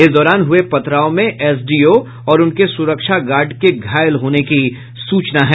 इस दौरान हुए पथराव में एसडीओ और उनके सुरक्षा गार्ड के घायल होने की सूचना है